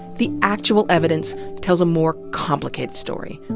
the actual evidence tells a more complicated story.